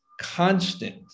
constant